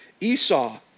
Esau